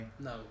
No